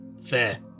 Fair